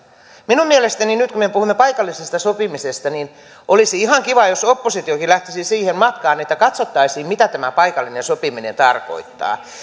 minun mielestäni nyt kun me puhumme paikallisesta sopimisesta olisi ihan kiva jos oppositiokin lähtisi siihen matkaan että katsottaisiin mitä tämä paikallinen sopiminen tarkoittaa